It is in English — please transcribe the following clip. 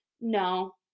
no